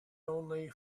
only